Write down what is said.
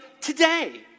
today